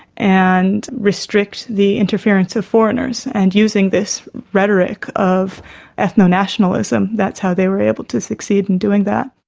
and restrict the interference of foreigners. and using this rhetoric of ethno-nationalism, that's how they were able to succeed in doing that.